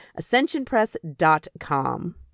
Ascensionpress.com